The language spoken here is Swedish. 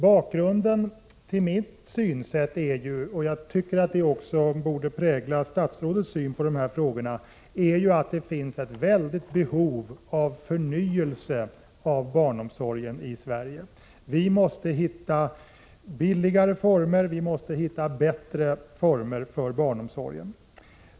Bakgrunden till mitt synsätt är, att det finns ett mycket stort behov av förnyelse av barnomsorgen i Sverige. Jag tycker att detta också borde prägla statsrådets syn på dessa frågor. Vi måste hitta billigare och bättre former för barnomsorgen.